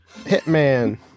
Hitman